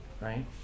right